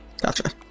gotcha